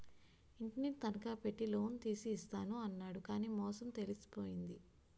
ఇంటిని తనఖా పెట్టి లోన్ తీసి ఇస్తాను అన్నాడు కానీ మోసం తెలిసిపోయింది